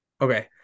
okay